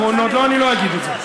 לא, אני לא אגיד את זה.